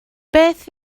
beth